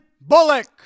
Bullock